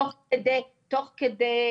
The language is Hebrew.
תוך כדי,